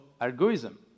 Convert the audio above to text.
algorithm